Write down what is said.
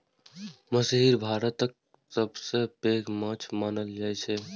महसीर भारतक सबसं पैघ माछ मानल जाइ छै